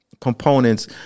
components